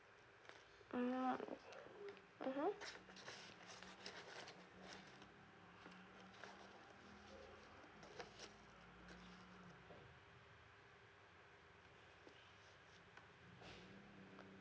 mm mmhmm